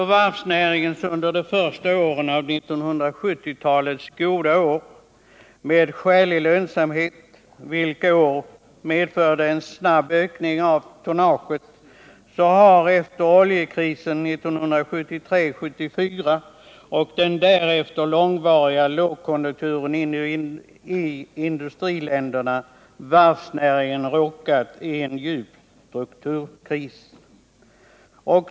De första goda åren av 1970-talet med skälig lönsamhet för varvsnäringen medförde en snabb ökning av tonnaget. Efter oljekrisen 1973-1974 och den därefter långvariga lågkonjunkturen i industriländerna har varvsnäringen råkat i en djup strukturkris.